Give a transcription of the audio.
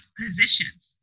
positions